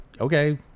okay